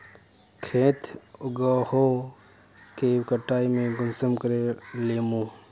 खेत उगोहो के कटाई में कुंसम करे लेमु?